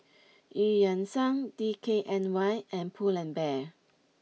Eu Yan Sang D K N Y and Pull N Bear